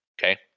Okay